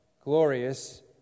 glorious